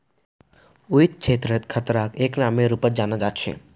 वित्त क्षेत्रत खतराक एक नामेर रूपत जाना जा छे